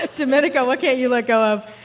ah domenico, what can't you let go of?